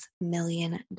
million